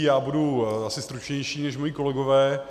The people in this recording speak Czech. Já budu asi stručnější než moji kolegové.